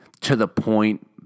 to-the-point